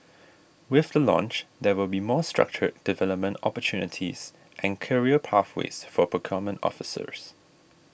with the launch there will be more structured development opportunities and career pathways for procurement officers